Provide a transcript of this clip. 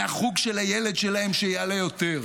מהחוג של הילד שלהם שיעלה יותר,